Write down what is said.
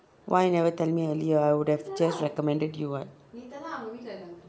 why you never tell me earlier I would have just recommended you [what]